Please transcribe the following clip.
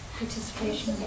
participation